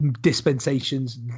dispensations